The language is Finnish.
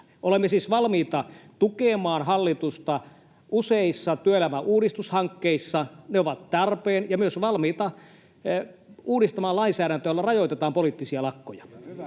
Olemme siis valmiita tukemaan hallitusta useissa työelämän uudistushankkeissa — ne ovat tarpeen — ja myös valmiita uudistamaan lainsäädäntöä, jolla rajoitetaan poliittisia lakkoja. Mutta